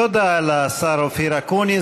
תודה לשר אופיר אקוניס.